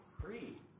free